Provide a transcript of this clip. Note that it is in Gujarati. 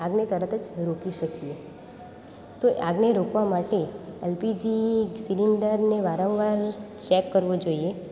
આગને તરત જ રોકી શકીએ તો આગને રોકવા માટે એલપીજી સિલિન્ડરને વારંવાર ચેક કરવો જોઇએ